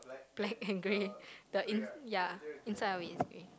black and grey the in ya inside of it is grey